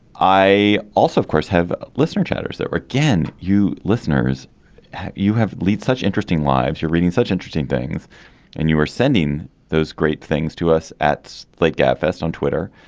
i also of course have listener chatters that again you listeners you have lead such interesting lives you're reading such interesting things and you are sending those great things to us at like gap fest on twitter.